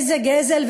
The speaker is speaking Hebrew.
איזה גזל,